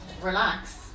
relax